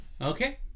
Okay